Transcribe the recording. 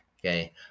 okay